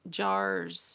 jars